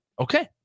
Okay